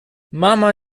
mama